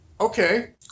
okay